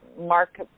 Mark